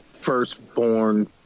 firstborn